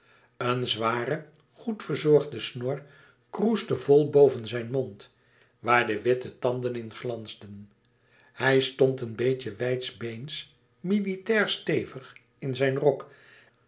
een zware goed verzorgde snor kroesde vol boven zijn mond waar de witte tanden in glansden hij stond een beetje wijdbeens militair stevig in zijn rok